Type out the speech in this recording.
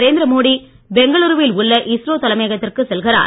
நரேந்திர மோடி பெங்களூருவில் உள்ள இஸ்ரோ தலைமையகத்துக்குச் செல்கிறார்